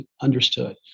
understood